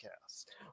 cast